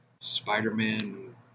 Spider-Man